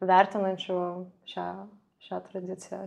vertinančių šią šią tradiciją